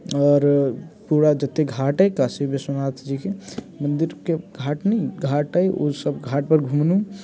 आओर पूरा जते घाट अइ काशी विश्वनाथ जीकेँ मन्दिरके घाट घाट अइ ओ सब घाट पर घुमलहुँ